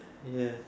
ya